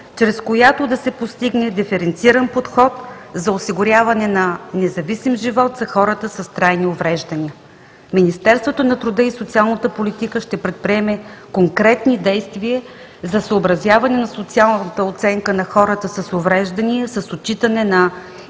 чрез която да се постигне диференциран подход за осигуряване на независим живот за хората с трайни увреждания. Министерството на труда и социалната политика ще предприеме конкретни действия за съобразяване на социалната оценка на хората с увреждания с отчитане на